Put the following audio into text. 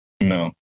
no